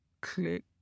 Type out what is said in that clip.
click